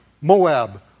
Moab